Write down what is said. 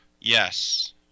Yes